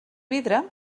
vidre